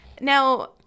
Now